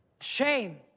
shame